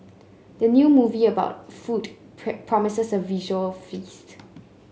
the new movie about food promises a visual feast